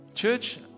Church